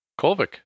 Kolvik